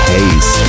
Haze